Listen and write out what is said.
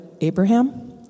Abraham